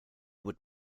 would